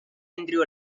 andrew